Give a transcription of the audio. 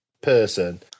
person